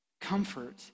comfort